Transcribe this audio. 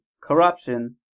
corruption